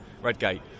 Redgate